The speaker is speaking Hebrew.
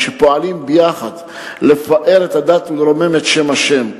שפועלים ביחד לפאר את הדת ולרומם את שם השם,